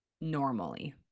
normally